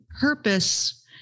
purpose